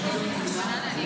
נתקבל.